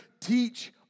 teach